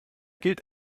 gilt